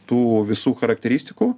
tų visų charakteristikų